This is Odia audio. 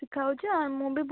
ଶିଖା ହେଉଛି ଆଉ ମୁଁ ବି